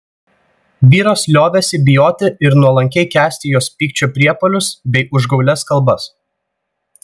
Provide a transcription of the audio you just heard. vyras liovėsi bijoti ir nuolankiai kęsti jos pykčio priepuolius bei užgaulias kalbas